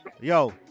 Yo